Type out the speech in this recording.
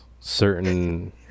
certain